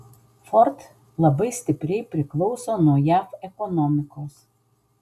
ford labai stipriai priklauso nuo jav ekonomikos